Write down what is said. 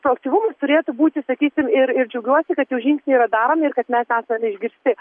tokių turėtų būti sakysim ir ir džiaugiuosi kad jau žingsniai yra daromi ir kad mes esame išgirsti